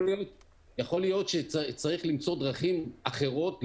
יכול להיות שצריך למצוא דרכים אחרות לעודד,